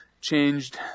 changed